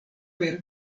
per